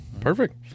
Perfect